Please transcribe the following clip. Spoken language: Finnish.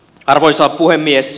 arvoisa puhemies